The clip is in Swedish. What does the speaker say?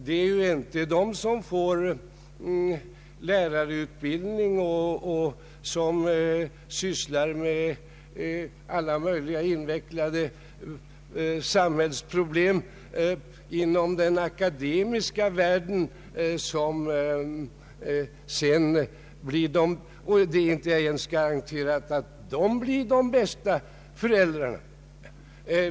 Det finns ju ingen garanti för att de som fått lärarutbildning och som sysslar med alla möjliga invecklade samhällsproblem inom den akademiska världen blir de bästa föräldrarna.